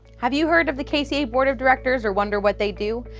have you heard of the kca board of directors or wonder what they do?